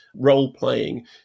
role-playing